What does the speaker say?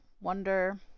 Wonder